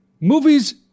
Movies